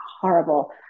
horrible